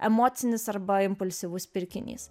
emocinis arba impulsyvus pirkinys